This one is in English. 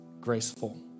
graceful